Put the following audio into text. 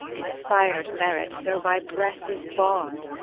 inspired merit so by breath is barr'd.